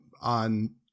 on